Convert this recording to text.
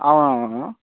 అవును అవును